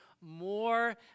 more